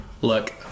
look